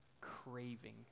craving